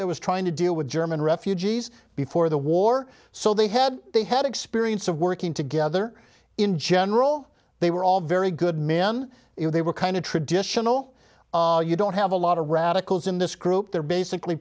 that was trying to deal with german refugees before the war so they had they had experience of working together in general they were all very good men you know they were kind of traditional you don't have a lot of radicals in this group they're basically